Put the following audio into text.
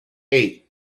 eight